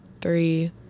three